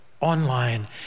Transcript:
online